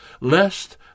lest